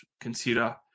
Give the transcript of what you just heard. consider